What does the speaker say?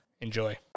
enjoy